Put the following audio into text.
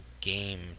game